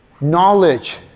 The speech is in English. knowledge